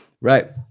Right